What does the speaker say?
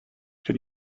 can